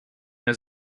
his